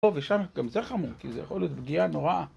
ושם גם זה חמור, כי זה יכול להיות פגיעה נוראה.